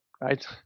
right